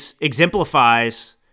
exemplifies